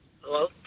Hello